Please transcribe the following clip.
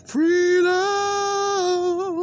Freedom